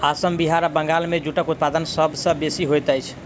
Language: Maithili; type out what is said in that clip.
असम बिहार आ बंगाल मे जूटक उत्पादन सभ सॅ बेसी होइत अछि